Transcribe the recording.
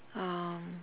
um